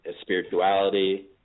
spirituality